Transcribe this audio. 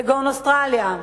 כגון אוסטרליה,